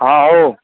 ହଁ ହଉ